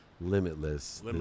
limitless